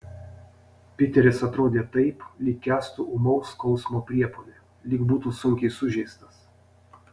piteris atrodė taip lyg kęstų ūmaus skausmo priepuolį lyg būtų sunkiai sužeistas